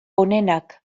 onenak